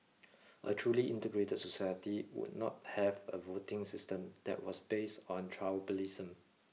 a truly integrated society would not have a voting system that was based on tribalism